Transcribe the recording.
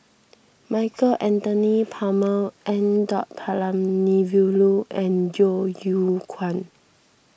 Michael Anthony Palmer N the Palanivelu and Yeo Yeow Kwang